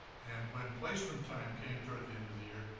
and when placement time came toward the end of the year,